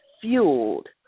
fueled